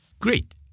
Great